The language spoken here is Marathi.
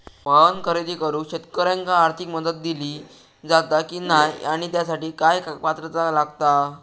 वाहन खरेदी करूक शेतकऱ्यांका आर्थिक मदत दिली जाता की नाय आणि त्यासाठी काय पात्रता लागता?